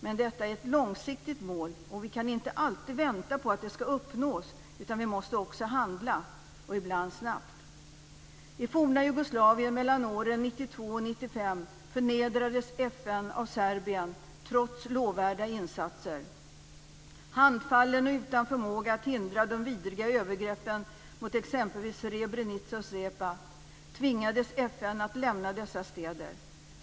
Men detta är ett långsiktigt mål och vi kan inte alltid vänta på att det skall uppnås. Vi måste också handla, och ibland snabbt. 1995, förnedrades FN av Serbien trots lovvärda insatser. Handfallen och utan förmåga att hindra de vidriga övergreppen mot exempelvis Srebrenica och Zepa tvingades man att lämna dessa städer.